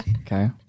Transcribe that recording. okay